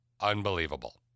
unbelievable